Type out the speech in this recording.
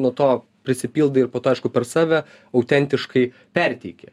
nuo to prisipildai ir po tašku per save autentiškai perteiki